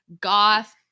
goth